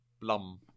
Blum